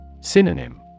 Synonym